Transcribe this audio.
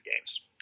games